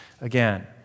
again